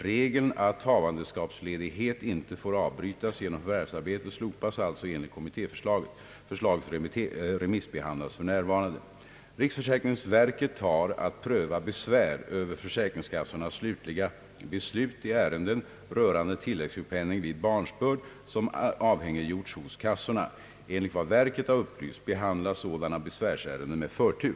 Regeln att havandeskapsledighet inte får avbrytas genom förvärvsarbete slopas alltså enligt kommittéförslaget. Förslaget remissbehandlas f. n. Riksförsäkringsverket har att pröva besvär över försäkringskassornas slut uppdrag liga beslut i ärenden rörande tilläggssjukpenning vid barnsbörd som anhängiggjorts hos kassorna. Enligt vad verket har upplyst behandlas sådana besvärsärenden med förtur.